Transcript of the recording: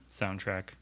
soundtrack